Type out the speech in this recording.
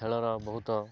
ଖେଳର ବହୁତ